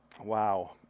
Wow